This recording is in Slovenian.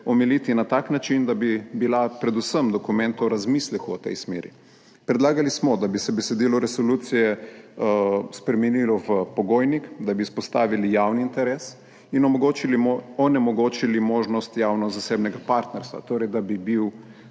omiliti na tak način, da bi bila predvsem dokument v razmisleku v tej smeri. Predlagali smo, da bi se besedilo resolucije spremenilo v pogojnik, da bi izpostavili javni interes in onemogočili možnost javno-zasebnega partnerstva, torej da bi bila